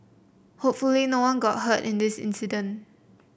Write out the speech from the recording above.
hopefully no one got hurt in this incident